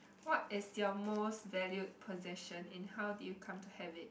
what is your most valued possession and how did you come to have it